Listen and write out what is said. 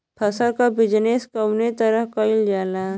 फसल क बिजनेस कउने तरह कईल जाला?